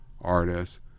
artists